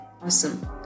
Awesome